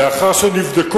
לאחר שהם נבדקו